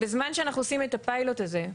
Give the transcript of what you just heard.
בזמן שאנחנו עושים את הפיילוט הזה,